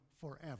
forever